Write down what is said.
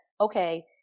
okay